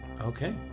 Okay